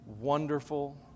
wonderful